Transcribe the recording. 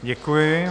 Děkuji.